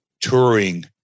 touring